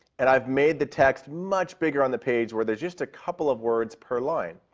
and i have made the text much bigger on the page where there's just a couple of words per line.